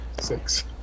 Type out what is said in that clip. Six